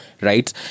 right